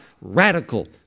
radical